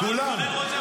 אבל כולל ראש הממשלה.